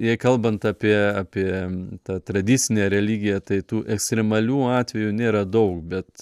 jai kalbant apie apie tą tradicinę religiją tai tų ekstremalių atvejų nėra daug bet